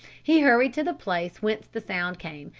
he hurried to the place whence the sound came,